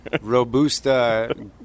Robusta